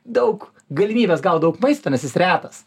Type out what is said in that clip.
daug galimybės gaut daug maisto nes jis retas